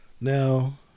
now